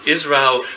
Israel